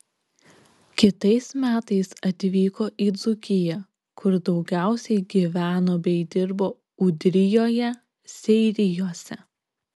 kitais metais atvyko į dzūkiją kur daugiausiai gyveno bei dirbo ūdrijoje seirijuose